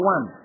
One